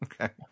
Okay